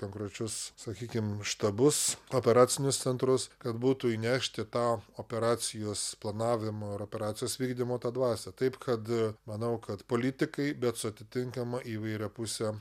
konkrečius sakykim štabus operacinius centrus kad būtų įnešti tą operacijos planavimo ar operacijos vykdymo tą dvasią taip kad manau kad politikai bet su atitinkama įvairiapuse